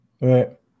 right